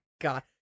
God